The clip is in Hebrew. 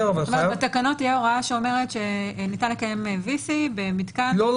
בתקנות תהיה הוראה שאומרת שניתן לקיים VC במתקן --- לא.